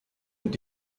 mit